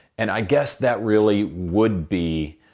and i guess that really would be